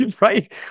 right